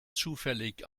zufällig